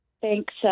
Thanks